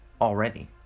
Already